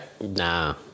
Nah